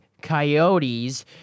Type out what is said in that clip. Coyotes